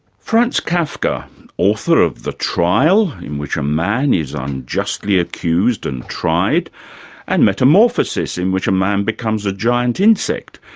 franz kafka author of the trial, in which a man is unjustly accused and tried and metamorphosis in which a man becomes a giant insect,